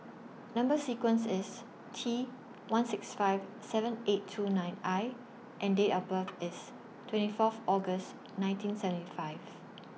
Number sequence IS T one six five seven eight two nine I and Date of birth IS twenty Fourth August nineteen seventy five